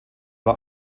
war